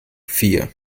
vier